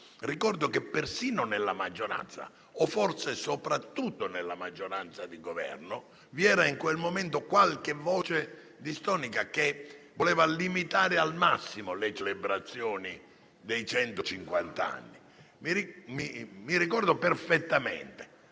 ricordo che persino nella maggioranza, o forse soprattutto nella maggioranza di Governo, vi era in quel momento qualche voce distonica, che voleva limitare al massimo quelle celebrazioni. Ricordo perfettamente